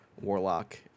Warlock